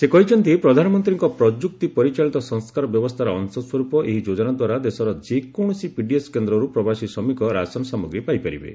ସେ କହିଛନ୍ତି ପ୍ରଧାନମନ୍ତ୍ରୀଙ୍କ ପ୍ରଯୁକ୍ତି ପରିଚାଳିତ ସଂସ୍କାର ବ୍ୟବସ୍କାର ଅଂଶ ସ୍ୱରୂପ ଏହି ଯୋଜନା ଦ୍ୱାରା ଦେଶର ଯେକୌଣସି ପିଡିଏସ୍ କେନ୍ଦ୍ରରୁ ପ୍ରବାସୀ ଶ୍ରମିକ ରାସନ ସାମଗ୍ରୀ ପାଇପାରିବେ